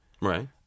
right